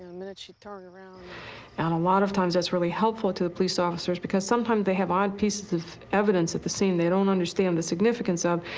minute she turned around and a lot of times, that's really helpful to the police officers because sometimes they have odd pieces of evidence at the scene they don't understand the significance of.